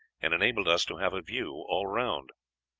and enabled us to have a view all round.